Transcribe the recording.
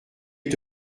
est